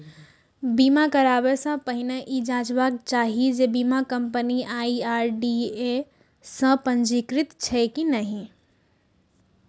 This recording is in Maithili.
बीमा कराबै सं पहिने ई जांचबाक चाही जे बीमा कंपनी आई.आर.डी.ए सं पंजीकृत छैक की नहि